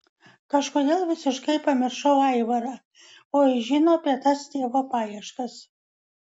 kažkodėl visiškai pamiršau aivarą o jis žino apie tas tėvo paieškas